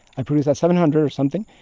i produce at seven hundred or something,